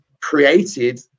created